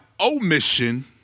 omission